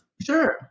Sure